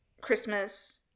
Christmas